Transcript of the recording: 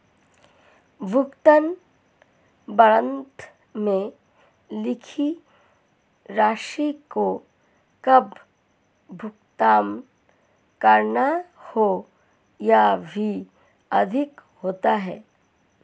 भुगतान वारन्ट में लिखी राशि को कब भुगतान करना है यह भी अंकित होता है